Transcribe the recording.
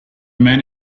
man